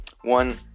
one